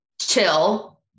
chill